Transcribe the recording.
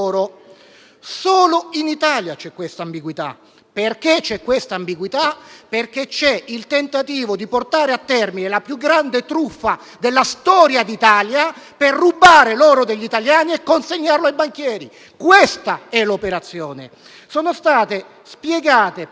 Solo in Italia c'è questa ambiguità; e perché? Perché c'è il tentativo di portare a termine la più grande truffa della storia d'Italia, per rubare l'oro degli italiani e consegnarlo ai banchieri. Questa è l'operazione. Sono stati spiegati prima